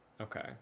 Okay